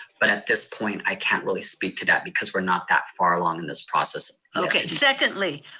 but at this point i can't really speak to that, because we're not that far along in this process. okay, secondly,